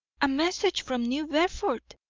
a message from new bedford.